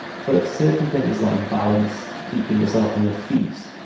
for certain things like balance, keeping yourself on your feet,